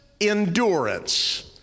endurance